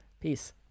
Peace